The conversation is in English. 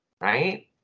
Right